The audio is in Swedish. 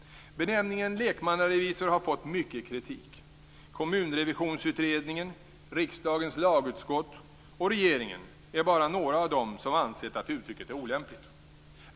Benämningen lekmannarevisor har fått mycket kritik. Kommunrevisionsutredningen, riksdagens lagutskott och regeringen är bara några av dem som ansett att uttrycket är olämpligt.